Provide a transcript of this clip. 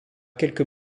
quelques